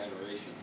adoration